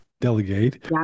delegate